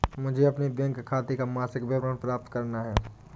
मुझे अपने बैंक खाते का मासिक विवरण प्राप्त करना है?